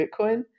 Bitcoin